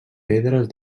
pedres